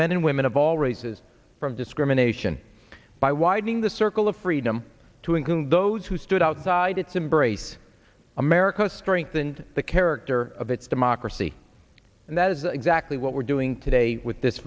men and women of all races from discrimination by widening the circle of freedom to including those who stood outside its embrace america's strength and the character of its democracy and that is exactly what we're doing today with this